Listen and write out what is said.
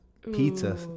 Pizza